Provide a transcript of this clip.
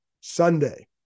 Sunday